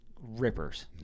rippers